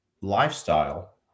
lifestyle